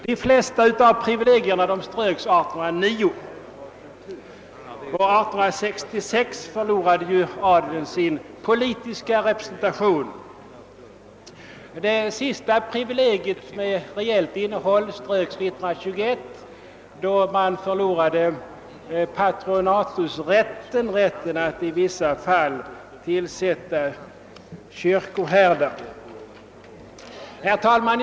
De flesta av privilegierna ströks 1809, och 1866 förlorade adeln sin politiska representation. Det sista privilegiet med reellt innehåll ströks 1921, då man förlorade patronatsrätten, d. v. s. rätten att i vissa fall tillsätta kyrkoherdar. Herr talman!